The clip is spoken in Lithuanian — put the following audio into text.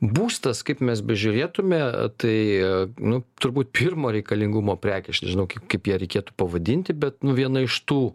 būstas kaip mes bežiūrėtume tai nu turbūt pirmo reikalingumo prekė aš nežinau kaip ją reikėtų pavadinti bet nu viena iš tų